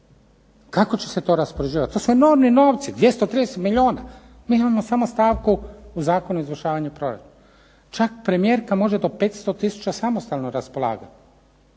Kako će se to raspoređivati? To su enormni novci, 230 milijuna mi imamo samo u stavku u Zakonu o izvršavanju proračuna. Čak premijerka može do 500 tisuća samostalno raspolagati.